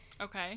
Okay